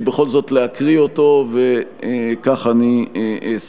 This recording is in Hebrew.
בכל זאת להקריא אותו וכך אני אעשה.